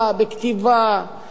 בכתיבה,